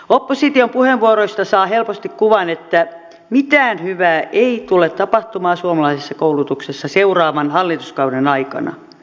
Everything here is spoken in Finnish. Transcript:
opposition puheenvuoroista saa helposti kuvan että mitään hyvää ei tule tapahtumaan suomalaisessa koulutuksessa seuraavan hallituskauden aikana